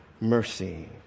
mercy